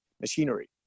machinery